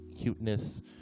cuteness